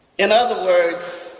in other words